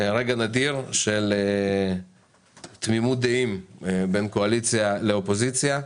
רגע נדיר של תמימות דעים בין קואליציה לאופוזיציה.